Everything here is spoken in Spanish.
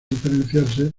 diferenciarse